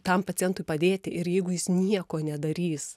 tam pacientui padėti ir jeigu jis nieko nedarys